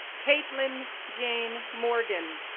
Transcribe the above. caitlyn jane morgan,